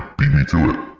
beat me to it.